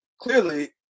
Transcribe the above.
clearly